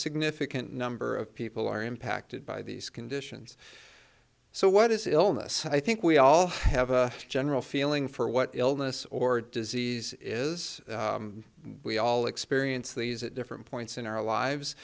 significant number of people are impacted by these conditions so what is illness i think we all have a general feeling for what illness or disease it is we all experience these at different points in our lives